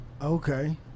Okay